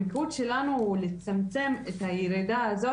המיקוד שלנו הוא לצמצם את הירידה הזאת.